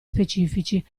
specifici